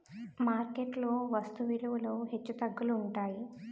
market లో వస్తు విలువలు హెచ్చుతగ్గులు ఉంటాయి